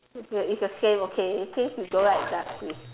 it's the same okay since you don't like dark place